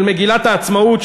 של מגילת העצמאות,